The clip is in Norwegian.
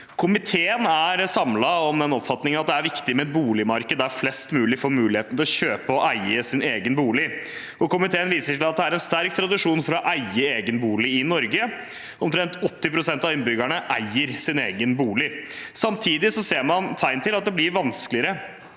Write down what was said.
Komiteen er samlet om en oppfatning av at det er viktig med et boligmarked der flest mulig får muligheten til å kjøpe og eie sin egen bolig, og komiteen viser til at det er en sterk tradisjon for å eie egen bolig i Norge. Omtrent 80 pst. av innbyggerne eier sin egen bolig. Samtidig ser man tegn til at det blir vanskeligere